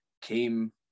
came